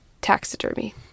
taxidermy